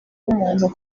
umuntu